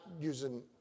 using